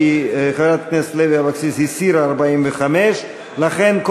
כי חברת הכנסת לוי אבקסיס הסירה את 45. לכן,